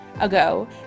ago